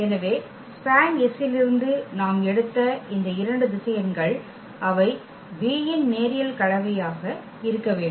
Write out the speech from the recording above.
எனவே SPAN இலிருந்து நாம் எடுத்த இந்த இரண்டு திசையன்கள் அவை v's இன் நேரியல் கலவையாக இருக்க வேண்டும்